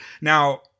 Now